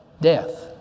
death